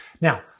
Now